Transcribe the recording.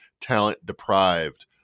talent-deprived